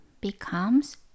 becomes